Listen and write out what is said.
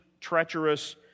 treacherous